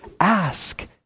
ask